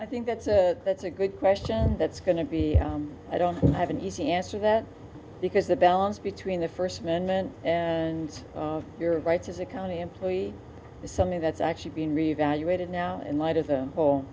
i think that's a that's a good question that's going to be i don't have an easy answer that because the balance between the first amendment and your rights as a county employee is something that's actually being reevaluated now in light of the w